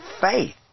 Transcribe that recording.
faith